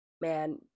man